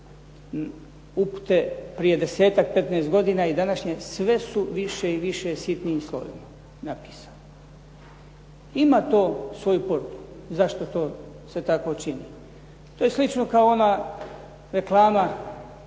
upute prije desetak, petnaest godina i današnje, sve su više i više sitnim slovima napisane. Ima to svoju poruku zašto to se tako čini. To je slično kao ona reklama